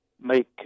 make